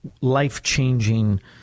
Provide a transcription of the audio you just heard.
life-changing